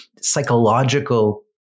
psychological